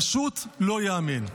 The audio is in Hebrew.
פשוט לא ייאמן.